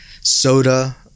soda